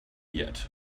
yet